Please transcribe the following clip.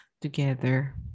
together